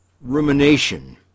rumination